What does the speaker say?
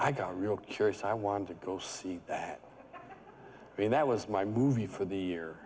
i got real curious i want to go see that i mean that was my movie for the year